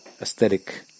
aesthetic